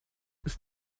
ist